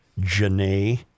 Janae